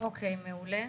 אוקי, מעולה.